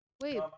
Wait